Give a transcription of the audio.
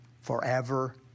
forever